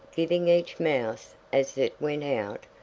giving each mouse, as it went out,